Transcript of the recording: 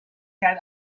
کرد